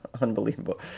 unbelievable